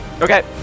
Okay